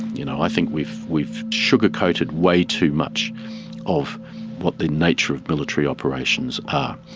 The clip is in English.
you know, i think we've we've sugar-coated way too much of what the nature of military operations are.